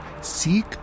Seek